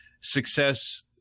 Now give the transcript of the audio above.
success